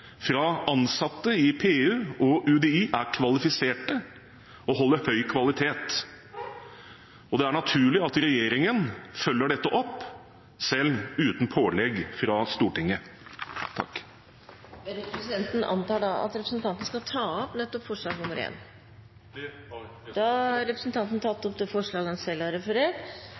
fra ansatte i PU og UDI er kvalifisert og holder høy kvalitet, og det er naturlig at regjeringen følger dette opp, selv uten pålegg fra Stortinget. Presidenten antar at representanten skal ta opp nettopp forslag nr. 1? Det har presidenten rett i. Da har representanten Geir Jørgen Bekkevold tatt opp det forslaget han